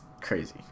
crazy